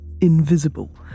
invisible